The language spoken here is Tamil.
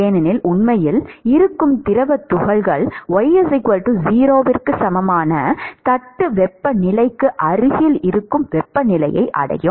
ஏனெனில் உண்மையில் இருக்கும் திரவத் துகள்கள் y0 க்கு சமமான தட்டு வெப்பநிலைக்கு அருகில் இருக்கும் வெப்பநிலையை அடையும்